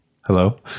hello